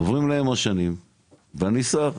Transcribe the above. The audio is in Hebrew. עוברים להם השנים ואני שר,